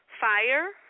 Fire